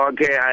Okay